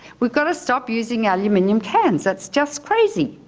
we've got to stop using aluminium cans, that's just crazy.